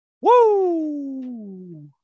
Woo